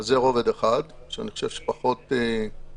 זה רובד אחד שאני חושב שכרגע פחות מעניין